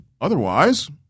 Otherwise –